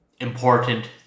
important